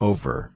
Over